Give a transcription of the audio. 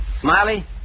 Smiley